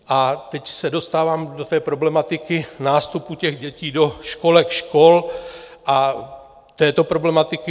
A teď se dostávám do problematiky nástupu těch dětí do školek, škol a této problematiky.